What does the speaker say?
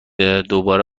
دوباره